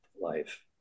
life